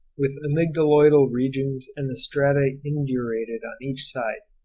with amygdaloidal margins and the strata indurated on each side,